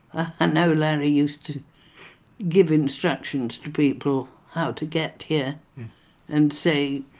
ah know larry used to give instructions to people how to get here and say,